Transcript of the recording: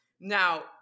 Now